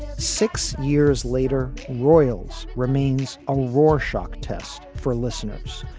six years later, royals remains a rorschach shock test for listeners.